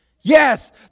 Yes